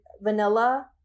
vanilla